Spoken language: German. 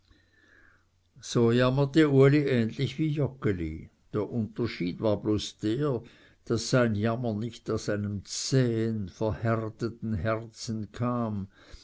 so jammerte uli ähnlich wie joggeli der unterschied war bloß der daß sein jammer nicht aus einem zähen verhärteten herzen kam